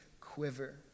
quiver